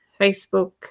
Facebook